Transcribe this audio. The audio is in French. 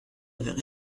avaient